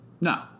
No